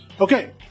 Okay